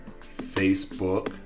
Facebook